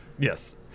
Yes